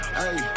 hey